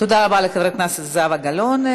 תודה רבה לחברת הכנסת זהבה גלאון.